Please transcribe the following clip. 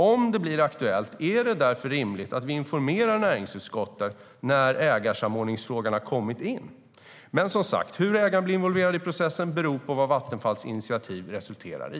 Om det blir aktuellt är det därför rimligt att vi informerar näringsutskottet när ägarsamordningsfrågan har kommit in. Men som sagt, hur ägarna blir involverade i processen beror på vad Vattenfalls initiativ resulterar i.